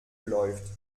läuft